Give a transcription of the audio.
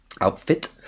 outfit